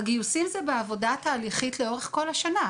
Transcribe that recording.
הבסיס הוא עבודה תהליכית לאורך כל השנה.